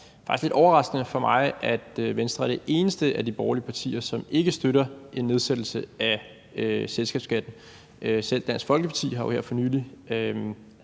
lidt overraskende for mig, at Venstre er det eneste af de borgerlige partier, som ikke støtter en nedsættelse af selskabsskatten – selv Dansk Folkeparti har jo her for nylig